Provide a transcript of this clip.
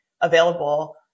available